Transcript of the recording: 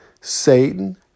Satan